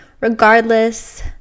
Regardless